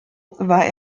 war